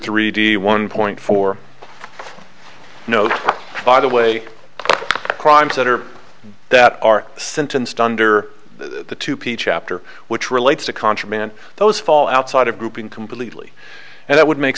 three d one point four no by the way crimes that are that are sentenced under the two ph chapter which relates to contraband those fall outside of grouping completely and that would make